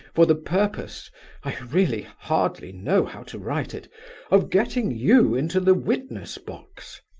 for the purpose i really hardly know how to write it of getting you into the witness-box.